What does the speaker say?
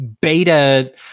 beta